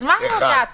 אז מה אם הודעת?